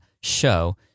show